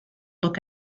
look